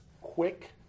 quick